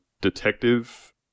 detective